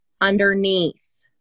underneath